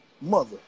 mother